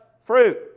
fruit